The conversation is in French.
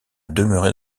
demeurer